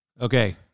Okay